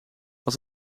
als